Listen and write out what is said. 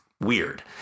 weird